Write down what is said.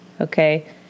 Okay